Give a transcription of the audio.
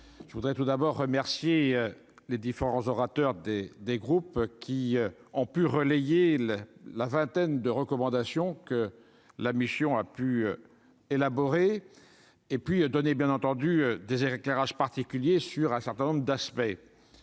je voudrais tout d'abord remercier les différents orateurs des des groupes qui ont pu relayer le la vingtaine de recommandations que la mission a pu élaborer et puis donner bien entendu des éclairages particuliers sur un certain nombre d'aspects,